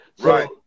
Right